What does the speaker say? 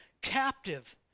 captive